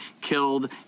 killed